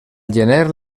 gener